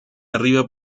arriba